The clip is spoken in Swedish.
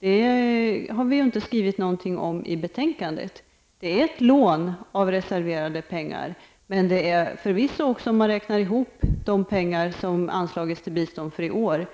Det är ett lån av reserverade pengar. Men det är förvisso så att om man räknar ihop de pengar som anslagits till bistånd för i år